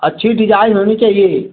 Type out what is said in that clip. अच्छी डिज़ाईन होनी चाहिए